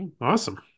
awesome